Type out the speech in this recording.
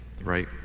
right